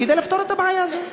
כדי לפתור את הבעיה הזאת.